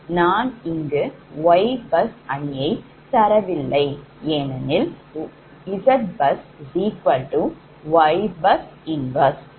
நான் இங்கு YBus அணியை தரவில்லை ஏனெனில் ZBusY 1Bus